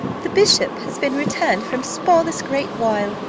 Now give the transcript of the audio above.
the bishop has been returned from spa this great while,